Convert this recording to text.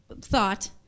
thought